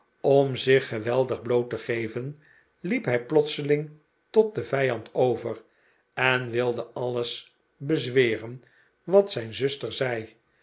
om zich geweldig bloot te geven liep hij plotseling tot den vijand over en wilde alles bezweren wat zijn zuster zei